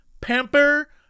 pamper